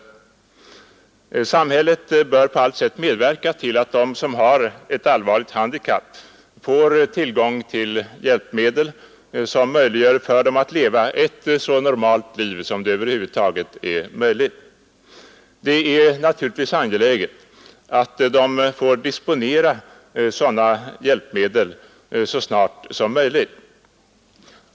Samhället bör på allt sätt medverka till att de som har ett allvarligt handikapp får tillgång till hjälpmedel, som möjliggör för dem att leva ett så normalt liv som över huvud taget är möjligt. Det är naturligtvis angeläget att de får disponera sådana hjälpmedel så snart som möjligt.